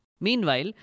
Meanwhile